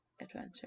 adventure